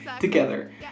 together